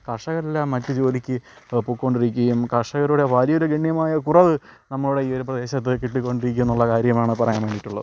കർഷകരെല്ലാം മറ്റ് ജോലിക്ക് പൊക്കൊണ്ടിരിക്കയും കർഷകരുടെ വലിയൊരു ഗണ്യമായ കുറവ് നമ്മുടെ ഈ ഒരു പ്രദേശത്ത് കിട്ടിക്കൊണ്ടിരിക്കും എന്നുള്ള കാര്യമാണ് പറയാൻ വേണ്ടിട്ടുള്ളത്